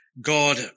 God